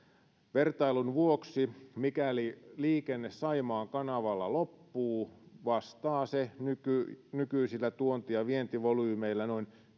vertailun vuoksi mikäli liikenne saimaan kanavalla loppuu vastaa se nykyisillä tuonti ja vientivolyymeilla noin